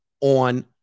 on